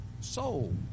soul